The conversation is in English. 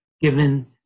given